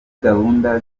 gahunda